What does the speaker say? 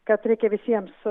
kad reikia visiems